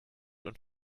und